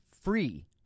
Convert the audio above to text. free